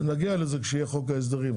נגיע לזה כשיהיה חוק הסדרים.